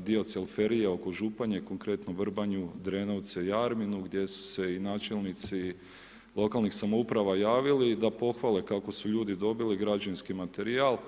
dio Cvelferije oko Županje, konkretno, Vrbanju, Drenovce i Jarminu, gdje su se i načelnici lokalnih samouprava javili, da pohvale kako su ljudi dobili građevinski materijal.